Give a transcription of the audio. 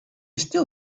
still